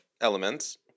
elements